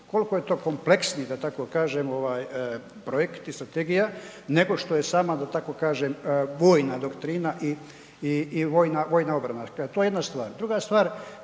koliko je to kompleksni da tako kažem projekt i strategija nego što je sama da tako kažem, vojna doktrina i vojna obrana, dakle to je jedna stvar. Druga stvar,